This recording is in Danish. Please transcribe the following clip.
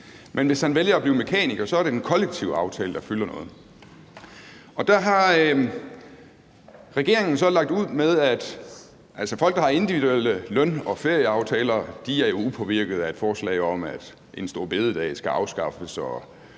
Men hvis han vælger at blive mekaniker, er det en kollektiv aftale, der fylder noget. Der har regeringen så lagt ud med, at folk, der har individuelle løn- og ferieaftaler, er upåvirket af et forslag om, at en store bededag skal afskaffes,